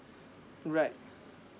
right